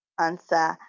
answer